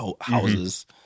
houses